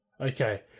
Okay